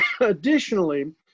additionally